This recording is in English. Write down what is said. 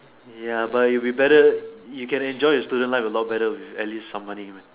ya but it'd be better you can enjoy your student life a lot better with at least some money man